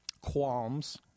qualms